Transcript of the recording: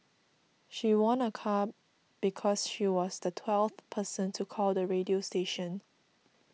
she won a car because she was the twelfth person to call the radio station